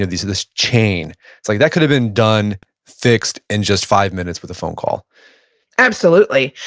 and these is this chain it's like that could have been done fixed in just five minutes with a phone call absolutely,